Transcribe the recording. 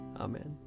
Amen